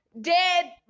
Dead